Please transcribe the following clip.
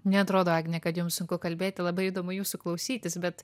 neatrodo agne kad jum sunku kalbėti labai įdomu jūsų klausytis bet